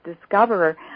discoverer